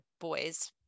boys